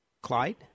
Clyde